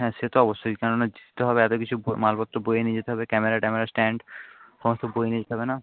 হ্যাঁ সে তো অবশ্যই কেননা হবে এত কিছু মালপত্র বয়ে নিয়ে যেতে হবে ক্যামেরা ট্যামেরা স্ট্যান্ড সমস্ত বয়ে নিয়ে যেতে হবে না